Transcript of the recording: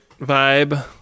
vibe